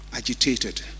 Agitated